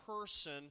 person